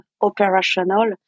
operational